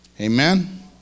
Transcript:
Amen